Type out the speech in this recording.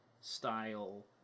style